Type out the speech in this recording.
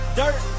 dirt